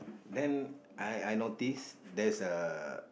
then I I notice there's a